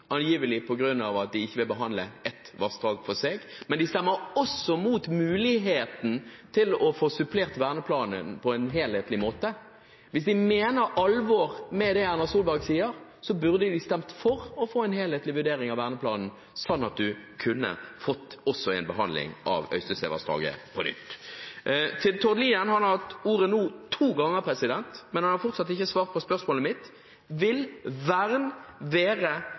angivelig på grunn av at de ikke vil behandle ett vassdrag for seg, men de stemmer også imot muligheten til å få supplert verneplanen på en helhetlig måte. Hvis de mener alvor med det Erna Solberg sier, så burde de jo stemt for å få en helhetlig vurdering av verneplanen, slik at man også kunne fått en behandling av Øystesevassdraget på nytt. Til Tord Lien – han har hatt ordet to ganger nå, men han har fortsatt ikke svart på spørsmålet mitt: Vil vern være